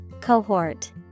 Cohort